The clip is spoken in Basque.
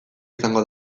izango